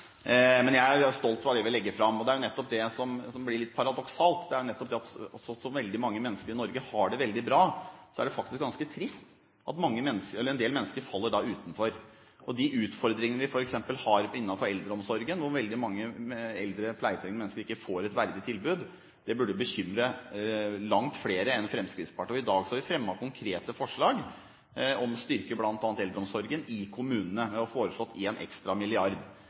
Jeg er stolt av det vi legger fram. Og det som blir litt paradoksalt, er jo nettopp det at selv om veldig mange mennesker i Norge har det veldig bra, er det ganske trist at en del mennesker faller utenfor. De utfordringene vi har f.eks. innenfor eldreomsorgen, hvor veldig mange eldre pleietrengende mennesker ikke får et verdig tilbud, burde bekymre langt flere enn Fremskrittspartiet. I dag har vi fremmet konkrete forslag om å styrke bl.a. eldreomsorgen i kommunene. Vi har foreslått én ekstra milliard.